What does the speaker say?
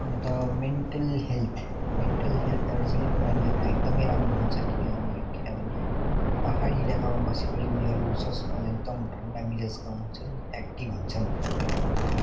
अन्त mental health mental health दार्जिलिङको नानीहरूको एकदमै राम्रो हुन्छ किनभने किनभने पहाडी इलाकामा बसेकोले उनीहरू एकदम ठन्डा मिजाजको हुन्छन् एक्टिभ हुन्छन्